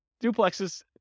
duplexes